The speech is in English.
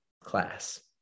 class